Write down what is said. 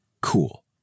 cool